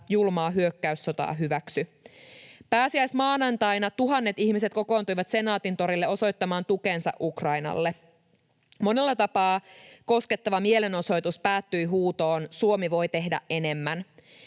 julmaa hyökkäyssotaa hyväksy. Pääsiäismaanantaina tuhannet ihmiset kokoontuivat Senaatintorille osoittamaan tukensa Ukrainalle. Monella tapaa koskettava mielenosoitus päättyi huutoon ”Suomi voi tehdä enemmän”,